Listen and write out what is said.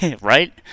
Right